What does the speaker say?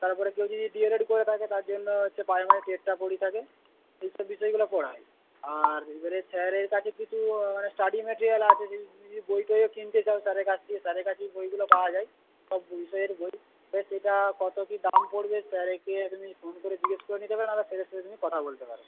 তারপরে যদি ডিএড করে থাকে তার জন্য হচ্ছে থাকে এইসব বিষয়গুলো পড়ায় আর এইবারে স্যারের কাছে কিছু স্টাডি ম্যাটিরিয়াল আছে যদি তুমি বই টইও কিনতে চাও তাহলে স্যারের কাছে ওই বইগুলো পাওয়া যায় সব বিষয়ের বই সেটা কত কী দাম পড়বে স্যারের কাছে তুমি ফোন করে জিজ্ঞেস করে নিতে পারো নয়তো সেইদিন কথা বলতে পারো